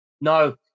No